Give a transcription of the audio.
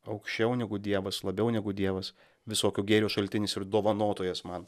aukščiau negu dievas labiau negu dievas visokio gėrio šaltinis ir dovanotojas man